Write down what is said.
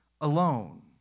alone